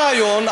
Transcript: מה הרעיון?